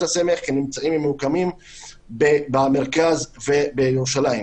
הסמך נמצאים וממוקמים במרכז ובירושלים.